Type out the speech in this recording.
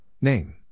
Name